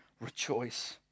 rejoice